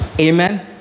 Amen